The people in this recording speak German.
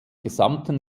gesamten